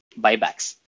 buybacks